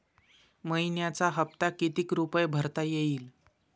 मइन्याचा हप्ता कितीक रुपये भरता येईल?